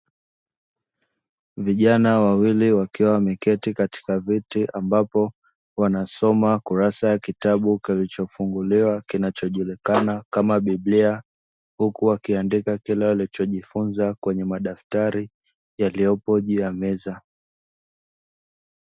Vijana wawili wakiwa wameketi katika viti, ambapo wanasoma kurasa ya kitabu kilichofunguliwa kinachojulikana kama biblia, huku akiandika kile alichojifunza kwenye madaftari yaliyopo juu ya meza.